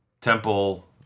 Temple